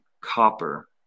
copper